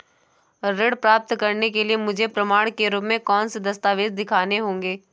ऋण प्राप्त करने के लिए मुझे प्रमाण के रूप में कौन से दस्तावेज़ दिखाने होंगे?